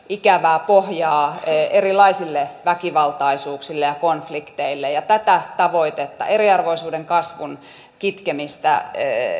ikävää pohjaa erilaisille väkivaltaisuuksille ja konflikteille ja tätä tavoitetta eriarvoisuuden kasvun kitkemistä